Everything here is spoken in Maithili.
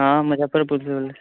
हँ मुजफ्फरपुरसँ बोलै छियै